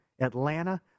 Atlanta